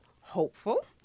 Hopeful